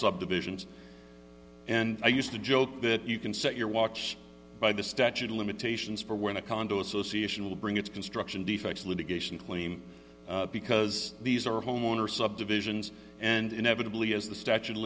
subdivisions and i used to joke that you can set your watch by the statute of limitations for when a condo association will bring its construction defects litigation claim because these are homeowner subdivisions and inevitably as the statute of